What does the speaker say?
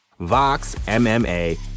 VoxMMA